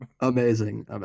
Amazing